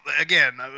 Again